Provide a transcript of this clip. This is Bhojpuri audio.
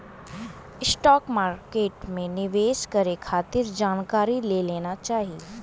स्टॉक मार्केट में निवेश करे खातिर जानकारी ले लेना चाही